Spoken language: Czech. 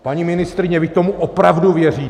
Paní ministryně, vy tomu opravdu věříte?